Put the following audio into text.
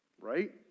Right